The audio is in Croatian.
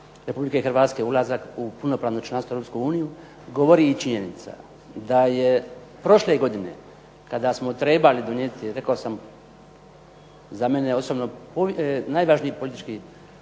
Republike Hrvatske ulazak u punopravno članstvo u Europsku uniju govori i činjenica da je prošle godine kada smo trebali donijeti rekao sam za mene osobno najvažniji politički